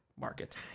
market